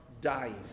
dying